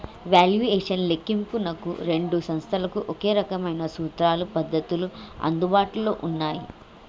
valuation లెక్కింపునకు రెండు సంస్థలకు ఒకే రకమైన సూత్రాలు, పద్ధతులు అందుబాటులో ఉన్నయ్యి